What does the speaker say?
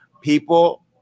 People